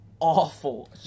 Awful